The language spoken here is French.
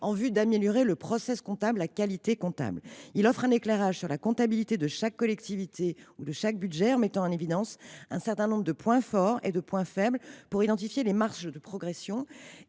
en vue d’améliorer la qualité du processus comptable. Il offre un éclairage sur la comptabilité de chaque collectivité et de chaque budget, mettant en évidence un certain nombre de points forts et de points faibles ; ainsi permet il d’identifier les marges de progression